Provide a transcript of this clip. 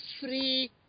free